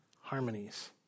harmonies